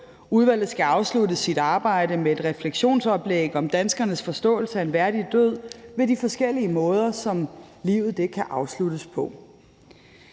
Udvalget skal afslutte sit arbejde med et refleksionsoplæg om danskernes forståelse af en værdig død ved de forskellige måder, som livet kan afsluttes på.